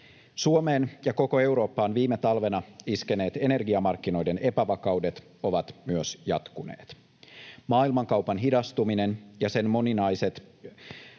Suomeen ja koko Eurooppaan viime talvena iskeneet energiamarkkinoiden epävakaudet ovat myös jatkuneet. Maailmankaupan hidastuminen ja sen moninaiset